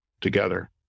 together